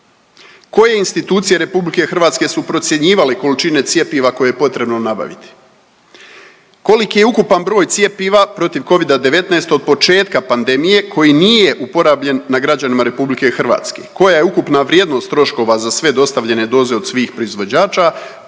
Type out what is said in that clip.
Koje institucije RH su procjenjivale količine cjepiva koje je potrebno nabaviti? Koliki je ukupan broj cjepiva protiv Covida-19 od početka pandemije koji nije uporabljen na građanima RH? Koja je ukupna vrijednost troškova za sve dostavljene doze od svih proizvođača?